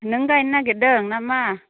नों गायनो नागिरदों ना मा